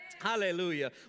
Hallelujah